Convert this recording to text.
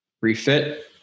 refit